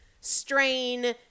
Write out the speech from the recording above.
strain